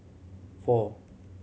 four